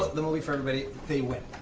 the movie for everybody they win!